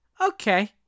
okay